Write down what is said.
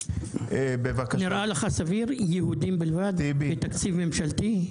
זה נראה לך סביר, יהודים בלבד, בתקציב ממשלתי?